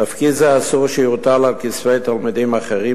תפקיד זה אסור שיוטל על כתפי תלמידים אחרים,